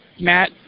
Matt